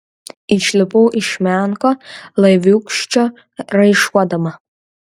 išlipau iš menko laiviūkščio raišuodama